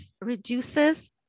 reduces